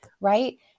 right